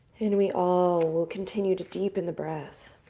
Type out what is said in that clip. and we all will continue to deepen the breath.